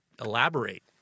Elaborate